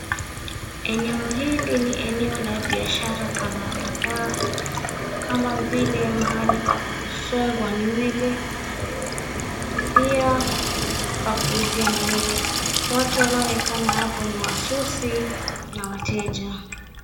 Eneo hili ni eneo la bishara kadhaa kadhaa kama vile mahali pa kusongwa nywele na pia pa kuuzia nywele. Watu wanaoonekana hapo ni wasusi na wateja.